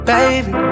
Baby